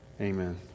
amen